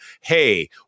hey